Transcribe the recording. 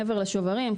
מעבר לשוברים,